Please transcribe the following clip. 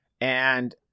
and-